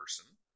person